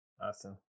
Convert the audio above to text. awesome